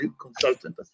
consultant